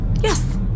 Yes